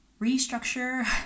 restructure